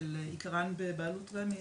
שעיקרן בבעלות מדינה